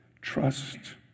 trust